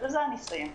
בזה אני אסיים.